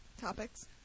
topics